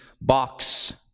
Box